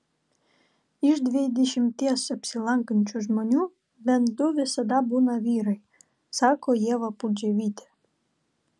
iš dvidešimties apsilankančių žmonių bent du visada būna vyrai sako ieva pudževytė